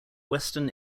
western